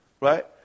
right